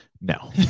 No